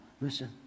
Listen